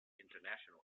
international